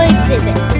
Exhibit